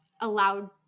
allowed